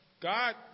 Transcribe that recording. God